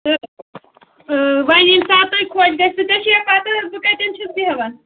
تہٕ وۄنۍ ییٚمہِ ساتہٕ تۄہہِ خۄش گژھِوٕ ژےٚ چھُیہ پَتہ بہٕ کَتٮ۪ن چھُس بیٚہوان